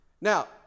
Now